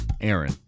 Aaron